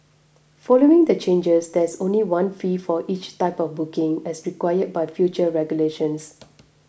following the changes there's only one fee for each type of booking as required by future regulations